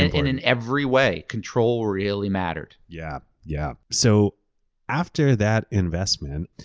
in every way, control really mattered. yeah yeah so after that investment,